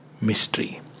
mystery